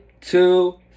two